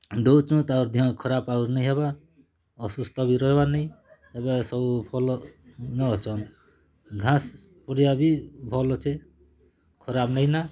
ଦଉଛୁଁ ତାର୍ ଦିହଁ ଖରାପ୍ ଆଉ ନେଇ ହେବା ଅସୁସ୍ଥ ବି ରହିବାର୍ ନାଇଁ ଏବେ ସବୁ ଫଲ୍ ନ ଅଛନ୍ ଘାସ ପଡ଼ିଆ ବି ଭଲ୍ ଅଛେ ଖରାପ୍ ନେଇ ନା